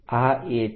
આ એ છે